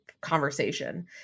conversation